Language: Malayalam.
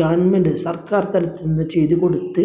ഗവണ്മെമെന്റ് സർക്കാർ തലത്തിൽ നിന്ന് ചെയ്ത് കൊടുത്ത്